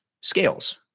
scales